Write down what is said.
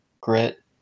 grit